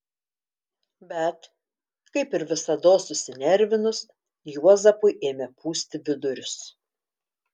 bet kaip ir visados susinervinus juozapui ėmė pūsti vidurius